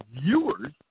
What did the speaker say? viewers